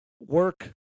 work